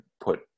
put